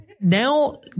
now